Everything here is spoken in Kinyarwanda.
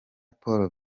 paul